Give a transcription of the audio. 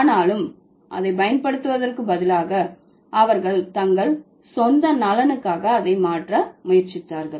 ஆனாலும் அதை பயன்படுத்துவதற்கு பதிலாக அவர்கள் தங்கள் சொந்த நலனுக்காக அதை மாற்ற முயற்சித்தார்கள்